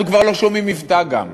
אנחנו כבר לא שומעים מבטא גם.